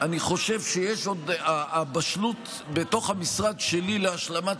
אני חושב שהבשלות בתוך המשרד שלי להשלמת